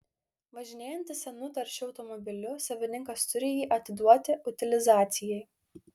važinėjantis senu taršiu automobiliu savininkas turi jį atiduoti utilizacijai